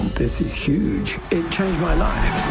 this is huge! it changed my life.